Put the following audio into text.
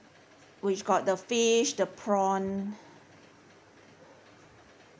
which got the fish the prawn